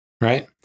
right